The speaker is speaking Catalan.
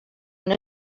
una